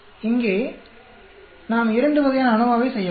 எனவே இங்கே நாம் இரண்டு வகையான அநோவாவை செய்யலாம்